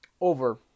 over